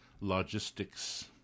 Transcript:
logistics